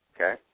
Okay